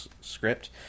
script